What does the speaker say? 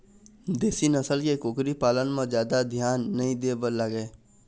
देशी नसल के कुकरी पालन म जादा धियान नइ दे बर लागय